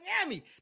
Miami